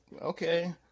okay